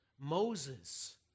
Moses